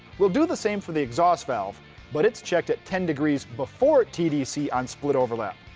we'll do the same for the exhaust valve but it's checked at ten degrees before t d c on split overlap.